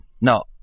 No